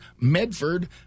Medford